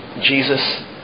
Jesus